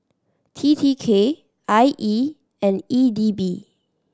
T T K I E and E D B